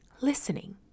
listening